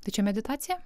tačiau meditacija